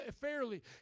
fairly